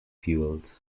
fuels